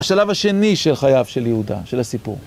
שלב השני של חייו של יהודה, של הסיפור.